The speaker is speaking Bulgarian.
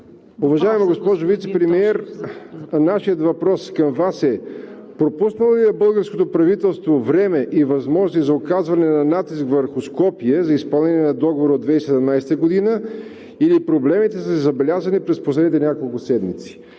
Уважаема госпожо Вицепремиер, нашият въпрос към Вас е: пропуснало ли е българското правителство време и възможност за оказване на натиск върху Скопие за изпълнение на Договора от 2017 г. или проблемите са забелязани през последните няколко седмици?